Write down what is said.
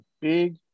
big